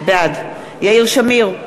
בעד יאיר שמיר,